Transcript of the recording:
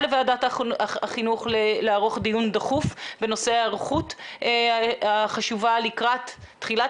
לוועדת החינוך לערוך דיון דחוף בנושא ההיערכות החשובה לקראת תחילת